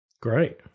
Great